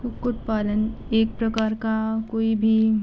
कुक्कुट पालन एक प्रकार का कोई भी